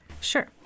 Sure